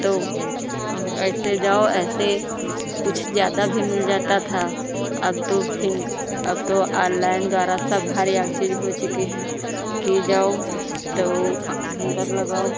तो अब ऐसे जाओ ऐसे कुछ ज़्यादा भी मिल जाता था अब तो फ़िन्ग अब तो ऑनलाइन द्वारा सब हर एक चीज़ हो चुकी है कि जाओ तो फिन्गर लगाओ